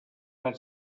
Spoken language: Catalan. van